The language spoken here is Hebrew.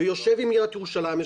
ויושב עם עיריית ירושלים.